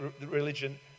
religion